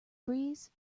breeze